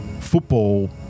football